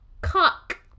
Cock